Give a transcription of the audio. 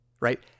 right